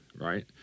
right